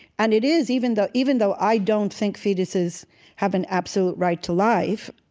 and it is, even though even though i don't think fetuses have an absolute right to life,